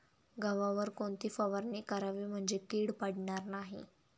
गव्हावर कोणती फवारणी करावी म्हणजे कीड पडणार नाही?